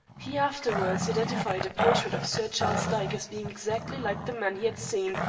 he afterwards identified a portrait of sir charles dyke as being exactly like the man he had seen,